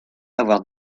avoir